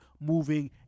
moving